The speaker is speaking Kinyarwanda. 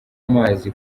amazi